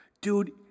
Dude